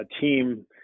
team